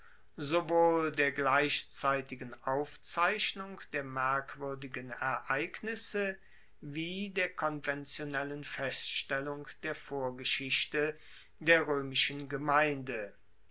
sowohl der gleichzeitigen aufzeichnung der merkwuerdigen ereignisse wie der konventionellen feststellung der vorgeschichte der roemischen gemeinde